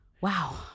Wow